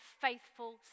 faithful